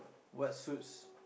what suits